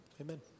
Amen